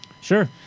Sure